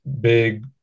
big